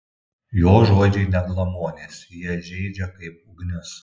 jo žodžiai ne glamonės jie žeidžia kaip ugnis